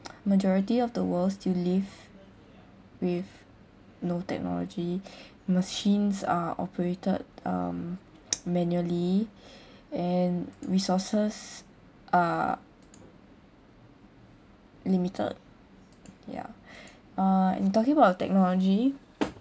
majority of the world still leave with no technology machines are operated um manually and resources are limited ya uh and talking about the technology